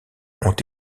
ont